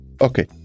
Okay